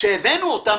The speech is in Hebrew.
כשהבאנו אותם,